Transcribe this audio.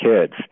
kids